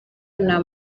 nta